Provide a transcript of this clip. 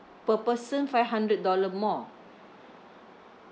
per person five hundred dollar more